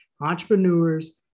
entrepreneurs